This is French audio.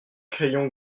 crayons